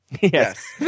Yes